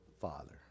father